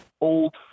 old